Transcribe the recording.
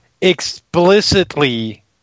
explicitly